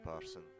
person